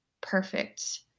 perfect